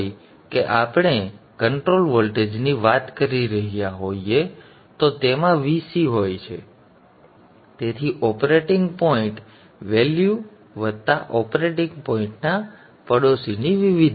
જો તે VC હોય કે આપણે કન્ટ્રોલ વોલ્ટેજની વાત કરી રહ્યા હોઈએ તો તેમાં VC હોય છે તેથી ઓપરેટિંગ પોઇન્ટ વેલ્યુ વત્તા ઓપરેટિંગ પોઇન્ટના પડોશીની વિવિધતા